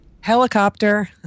Helicopter